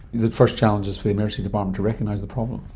the first challenge is for the emergency department to recognise the problem.